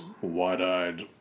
wide-eyed